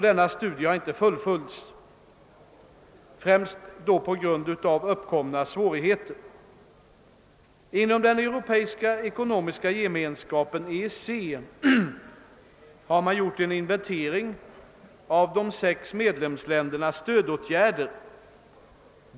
Denna studie har inte fullföljts, främst på grund av de uppkomna svårigheterna. Inom den europeiska ekonomiska gemenskapen — EEC har man gjort en inventering av de sex medlemsländernas stödåtgärder.